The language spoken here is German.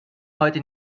heute